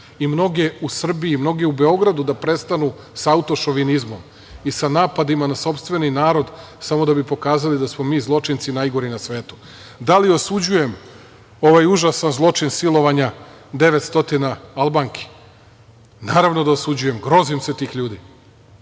i mnoge u Srbiji i mnoge u Beogradu da prestanu sa autošovinizmom i sa napadima na sopstveni narod samo da bi pokazali da smo mi zločinci najgori na svetu. Da li osuđujem ovaj užasan zločin silovanja 900 Albanki? Naravno da osuđujem, grozim se tih ljudi.